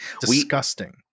disgusting